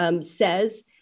says